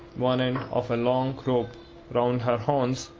one end of a long rope round her horns,